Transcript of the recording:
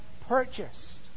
purchased